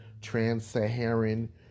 trans-Saharan